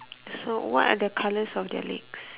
so what are the colours of their legs